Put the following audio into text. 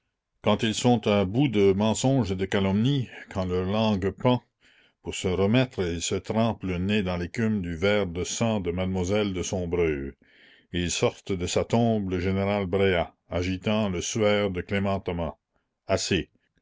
quand ils sont à bout de mensonges et de calomnies quand leur langue pend pour se remettre ils se trempent le nez dans l'écume du verre de sang de mademoiselle de sombreuil ils sortent de sa tombe le général bréa agitant le suaire de clément thomas assez